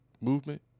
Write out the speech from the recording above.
movement